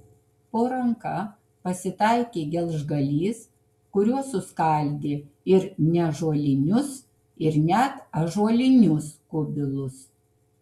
po ranka pasitaikė gelžgalys kuriuo suskaldė ir neąžuolinius ir net ąžuolinius kubilus